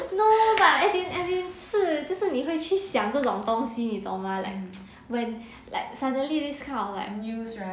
no but as in as in 是就是你会去想各种东西你懂吗 like when like suddenly this kind of like